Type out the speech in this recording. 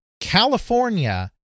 California